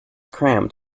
crammed